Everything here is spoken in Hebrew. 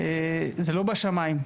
זה לא בשמיים.